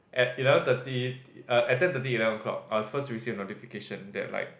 at eleven thirty at ten thirty eleven o'clock I was first to receive a notification that like